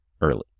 early